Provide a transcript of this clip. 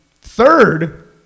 third